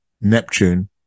neptune